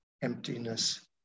Emptiness